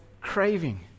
craving